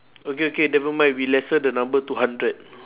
okay okay never mind we lessen the number two hundred